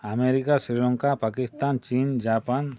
America Sri Lanka Pakistan ଚୀନ୍ Japan